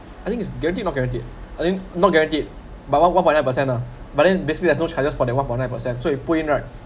I think it's guaranteed or not guaranteed I think not guaranteed but one one point nine percent ah but then basically has no charges for that one point nine percent so you put in right